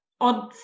odd